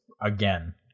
again